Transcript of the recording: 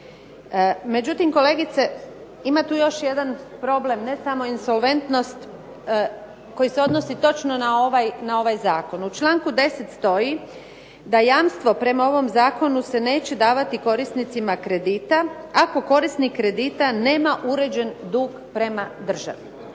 Međutim, kolegice ima tu još jedan problem ne samo insolventnost koji se odnosi točno na ovaj Zakon. U članku 10. stoji da jamstvo prema ovom Zakonu se neće davati korisnicima kredita ako korisnik kredita nema uređen dug prema državi.